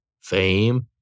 fame